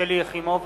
שלי יחימוביץ,